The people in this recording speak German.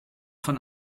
von